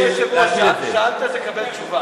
לא, אדוני היושב-ראש, שאלת, תקבל תשובה.